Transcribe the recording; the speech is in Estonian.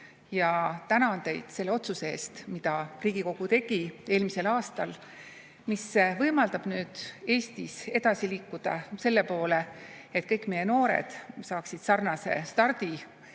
Ja tänan teid selle otsuse eest, mida Riigikogu tegi eelmisel aastal, mis võimaldab nüüd Eestis edasi liikuda selle poole, et kõik meie noored saaksid sarnase